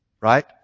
Right